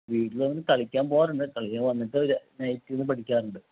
വീട്ടിൽ അവൻ കളിക്കാൻ പോകാറുണ്ട് കളി കഴിഞ്ഞു വന്നിട്ട് നൈറ്റ് ഇരുന്ന് പഠിക്കാറുണ്ട്